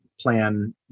plan